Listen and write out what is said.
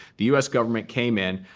the us government came in,